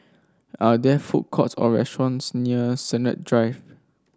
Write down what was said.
are there food courts or restaurants near Sennett Drive